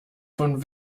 von